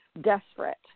desperate